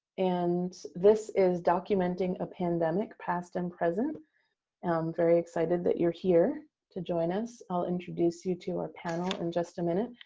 and this is documenting a pandemic, past and present. i'm very excited that you're here to join us. i'll introduce you to our panel in just a minute.